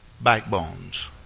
Backbones